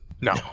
No